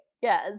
Yes